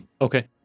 Okay